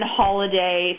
holiday